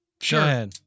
Sure